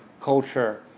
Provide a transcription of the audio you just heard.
culture